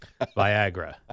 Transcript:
Viagra